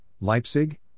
Leipzig